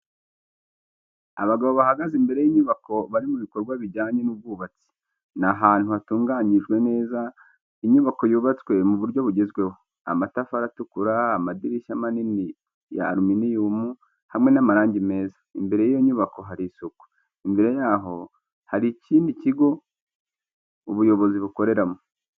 Abagabo bahagaze imbere y’inyubako bari mu bikorwa bijyanye n’ubwubatsi. Ni ahantu hatunganyijwe neza, inyubako yubatswe mu buryo bugezweho: amatafari atukura, amadirishya manini ya aluminium, hamwe n’amarangi meza. Imbere y’iyo nyubako hari isuku, imbere yabo hari ikindi kigo ubuyobozi bukoreramo.